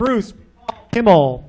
bruce campbell